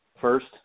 first